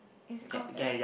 it's called Get Out